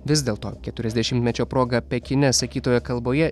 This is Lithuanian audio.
vis dėlto keturiasdešimtmečio proga pekine sakytoje kalboje